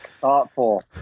thoughtful